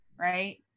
right